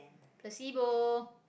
placebo